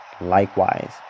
likewise